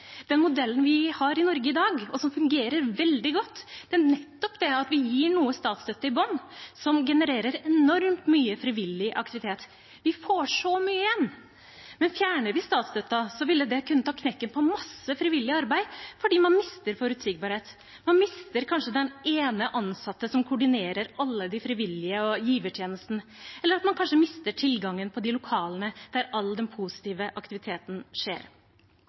Den modellen vi har i Norge i dag, og som fungerer veldig godt, er nettopp at vi gir noe statsstøtte i bunnen, som genererer enormt mye frivillig aktivitet. Vi får så mye igjen! Fjerner vi statsstøtten, ville det kunne ta knekken på masse frivillig arbeid, fordi man mister forutsigbarhet, man mister kanskje den ene ansatte som koordinerer alle de frivillige og givertjenesten – eller man mister kanskje tilgangen på de lokalene der all den positive aktiviteten skjer.